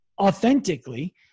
authentically